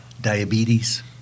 diabetes